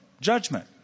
judgment